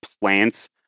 plants